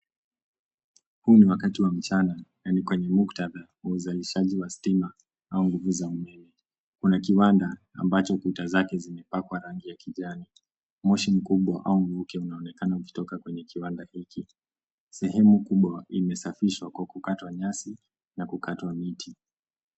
Huu ni wakati wa mchana na ni kwenye mkutadha wa uzalishaji wa stima ama nguvu za meme kuna kiwanda ambacho kuta zake zimepakwa rangi ya kijani , moshi mkubwa au muke unaonekana ukitoka kwenye kiwanda hiki. sehemu kubwa imesafishwa kwa kukatwa nyasi na kukatwa miti.